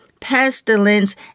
Pestilence